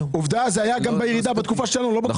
עובדה, הירידה הייתה בתקופה שלנו ולא בתקופה שלכם.